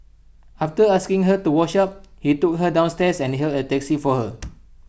after asking her to wash up he took her downstairs and hailed A taxi for her